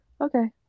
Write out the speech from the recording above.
Okay